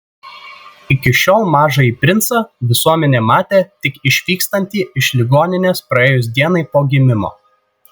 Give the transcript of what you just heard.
iki šiol mažąjį princą visuomenė matė tik išvykstantį iš ligoninės praėjus dienai po gimimo